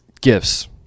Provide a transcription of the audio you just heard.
gifts